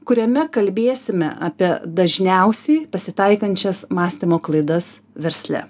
kuriame kalbėsime apie dažniausiai pasitaikančias mąstymo klaidas versle